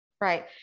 Right